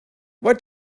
what